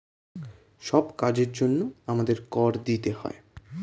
সব কাজের জন্যে আমাদের কর দিতে হয়